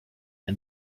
and